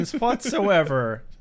whatsoever